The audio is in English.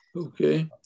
okay